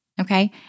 okay